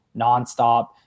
nonstop